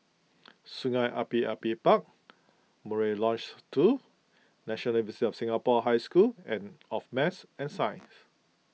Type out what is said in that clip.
Sungei Api Api Park Murai Lodge two National University of Singapore High School and of Math and Science